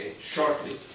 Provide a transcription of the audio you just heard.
shortly